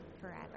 forever